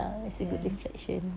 yes